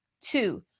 Two